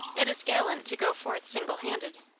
it is gallant to go forth single-handed,